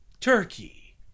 turkey